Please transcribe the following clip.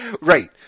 Right